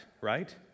right